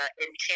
intent